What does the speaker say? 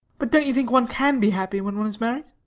but don't you think one can be happy when one is married?